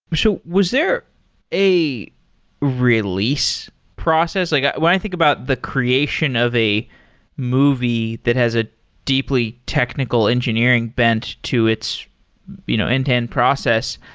so, was there a release process? like when i think about the creation of a movie that has a deeply technical engineering bent to its you know end-to-end process.